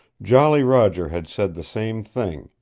jolly roger had said the same thing,